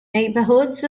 neighborhoods